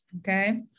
Okay